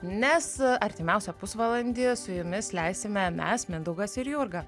nes artimiausią pusvalandį su jumis leisime mes mindaugas ir jurga